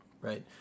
right